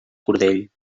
cordell